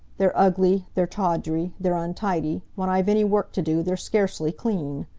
they're ugly, they're tawdry, they're untidy, when i've any work to do, they're scarcely clean.